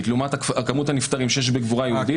לעומת כמות הנפטרים שיש בקבורה יהודית,